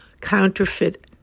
Counterfeit